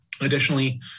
additionally